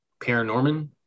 Paranorman